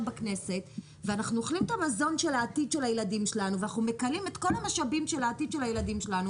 כנסת ואנחנו אוכלים את המזון של העתיד של הילדים שלנו